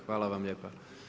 Hvala vam lijepa.